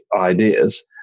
ideas